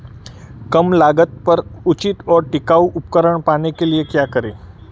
कम लागत पर उचित और टिकाऊ उपकरण पाने के लिए क्या करें?